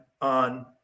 on